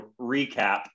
recap